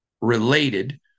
related